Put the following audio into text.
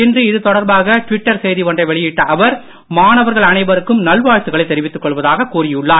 இன்று இது தொடர்பாக ட்விட்டர் செய்தி ஒன்றை வெளியிட்ட அவர் மாணவர்கள் அனைவருக்கும் நல் வாழ்த்துக்களை தெரிவித்துக் கொள்வதாக கூறியுள்ளார்